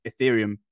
ethereum